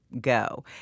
go